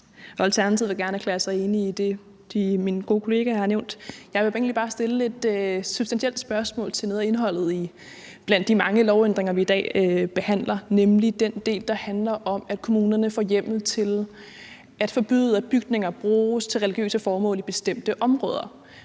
vil gerne erklære sig enig i det, mine gode kollegaer har nævnt. Jeg vil egentlig bare gerne stille et substantielt spørgsmål til noget af indholdet i de mange lovændringer, vi i dag behandler, nemlig den del, der handler om, at kommunerne får hjemmel til at forbyde, at bygninger bruges til religiøse formål i bestemte områder.